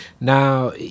Now